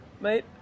Mate